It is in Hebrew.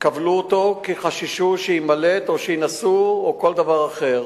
כבלו אותו כי חששו שיימלט או שינסו או כל דבר אחר.